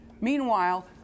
Meanwhile